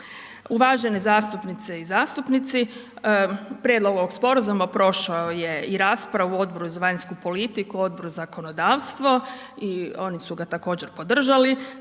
Uvažene zastupnice i zastupnici, prijedlog ovog sporazuma prošao je i raspravu u Odboru za vanjsku politiku, Odboru za zakonodavstvo i oni su ga također podržali